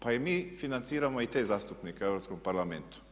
Pa i mi financiramo i te zastupnike u Europskom parlamentu.